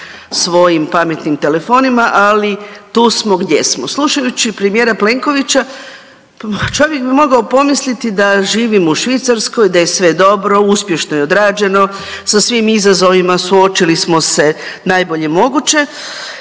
svojim pametnim telefonima, ali tu smo gdje smo. Slušajući premijera Plenkovića, pa čovjek bi mogao pomisliti da živimo u Švicarskoj, da je sve dobro, uspješno je odrađeno, sa svim izazovima suočili smo se najbolje moguće.